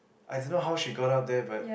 I don't know how she got up there but